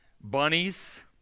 bunnies